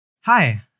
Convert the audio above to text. Hi